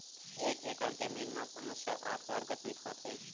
एक एकड़ जमीन मा पांच सौ साठ वर्ग फीट होथे